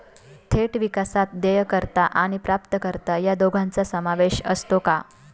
थेट विकासात देयकर्ता आणि प्राप्तकर्ता या दोघांचा समावेश असतो का?